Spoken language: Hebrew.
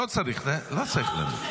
לא צריך את זה, לא צריך את זה.